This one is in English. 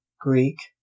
Greek